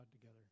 together